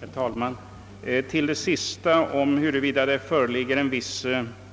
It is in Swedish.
Herr talman! Beträffande den sista frågan huruvida det föreligger en viss